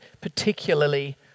particularly